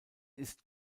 ist